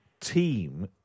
team